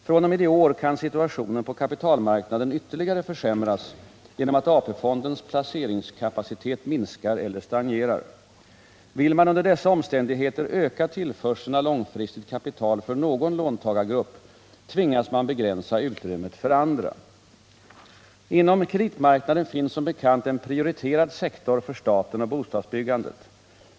fr.o.m. i år kan situationen på kapitalmarknaden ytterligare försämras genom att AP-fondens placeringskapacitet minskar eller stagnerar. Vill man under dessa omständigheter öka tillförseln av långfristigt kapital för någon låntagargrupp, tvingas man begränsa utrymmet för andra. Inom kreditmarknaden finns som bekant en prioriterad sektor för staten och bostadsbyggandet.